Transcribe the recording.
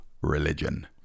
religion